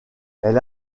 elle